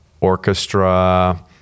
orchestra